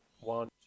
one